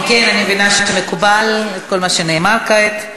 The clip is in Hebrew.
אם כן, אני מבינה שמקובל כל מה שנאמר כעת.